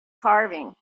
carving